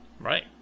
Right